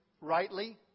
rightly